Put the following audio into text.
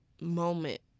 moment